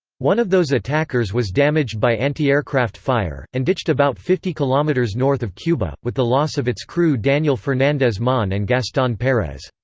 one of those attackers was damaged by anti-aircraft fire, and ditched about fifty km um north of cuba, with the loss of its crew daniel fernandez mon and gaston perez.